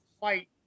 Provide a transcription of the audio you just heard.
fight